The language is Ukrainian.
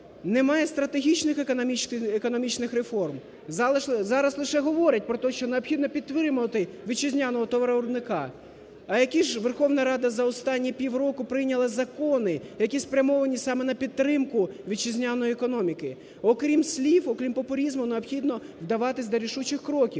Немає стратегічних економічних реформ. Зараз лише говорять про те, що необхідно підтримувати вітчизняного виробника, а які ж Верховна Рада за останні півроку прийняла закони, які спрямовані саме на підтримку вітчизняної економіки? Окрім слів, окрім популізму, необхідно вдаватись до рішучих кроків.